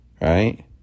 right